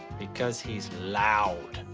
because he's loud.